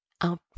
un